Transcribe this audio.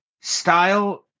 style